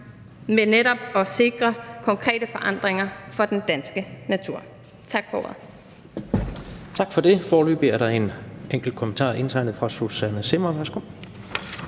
med netop at sikre konkrete forandringer for den danske natur. Tak for ordet.